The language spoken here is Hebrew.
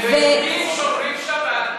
כי אנחנו מדינה יהודית ויהודים שומרים שבת.